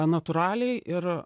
natūraliai ir